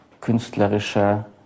künstlerischer